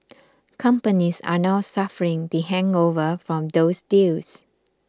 companies are now suffering the hangover from those deals